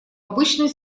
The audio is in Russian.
обычную